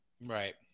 Right